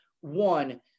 one